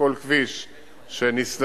וכל כביש שנסללים,